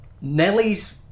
Nelly's